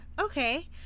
Okay